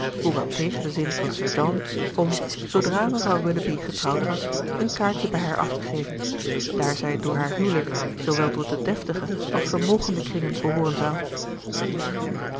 tegen den zin van sir john om zoodra mevrouw willoughby getrouwd was een kaartje bij haar af te geven daar zij door haar huwelijk zoowel tot de deftige als vermogende kringen behooren zou